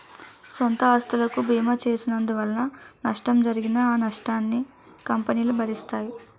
సొంత ఆస్తులకు బీమా చేసినందువలన నష్టం జరిగినా ఆ నష్టాన్ని కంపెనీలు భరిస్తాయి